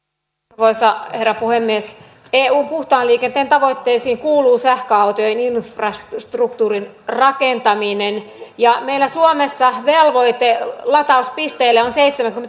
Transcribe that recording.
arvoisa herra puhemies eun puhtaan liikenteen tavoitteisiin kuuluu sähköautojen infrastruktuurin rakentaminen meillä suomessa velvoite latauspisteille on